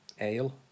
ale